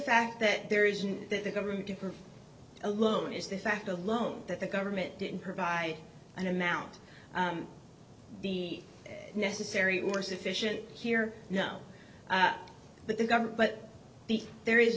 fact that there isn't that the government keeper alone is the fact alone that the government didn't provide an amount the necessary or sufficient here now but the government but there is